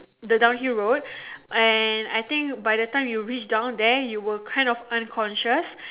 the downhill road and I think by the time you reach down there you were kind of unconscious